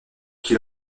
qui